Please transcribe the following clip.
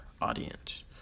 audience